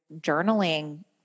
journaling